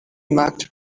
marked